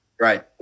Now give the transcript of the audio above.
Right